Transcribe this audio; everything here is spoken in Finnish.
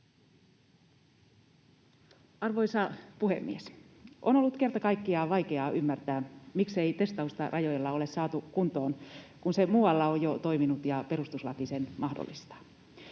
Arvoisa puhemies! On ollut kerta kaikkiaan vaikeaa ymmärtää, miksei testausta rajoilla ole saatu kuntoon, kun se muualla on jo toiminut ja perustuslaki sen mahdollistaa.